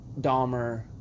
Dahmer